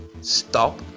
stop